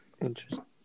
Interesting